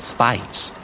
Spice